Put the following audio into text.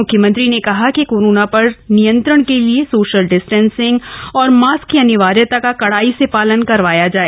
मुख्यमंत्री ने कहा कि कोरोना पर नियंत्रण के लिए सोशल डिस्टेंसिंग और मास्क की अनिवार्यता का कड़ाई से पालन करवाया जाए